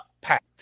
Packed